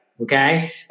Okay